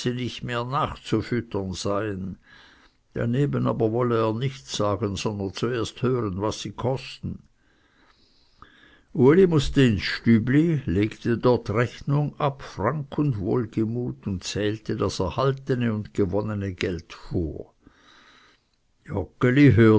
nicht mehr nachzufüttern seien daneben wolle er nichts sagen sondern zuerst hören was sie kosten uli mußte ins stübli legte dort rechnung ab frank und wohlgemut und zählte das erhaltene und gewonnene geld vor